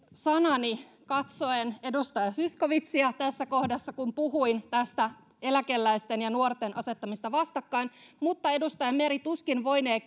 sanani edustaja zyskowiczille tässä kohdassa kun puhuin tästä eläkeläisten ja nuorten asettamisesta vastakkain mutta edustaja meri tuskin voinee